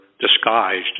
disguised